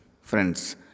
Friends